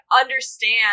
understand